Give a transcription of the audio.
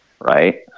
Right